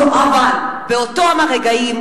אבל באותם רגעים,